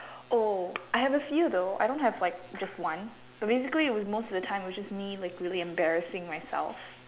oh I have few though I don't have just like one so basically it was most of the time it was just me like really embarrassing myself